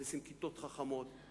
מכניסים כיתות חכמות,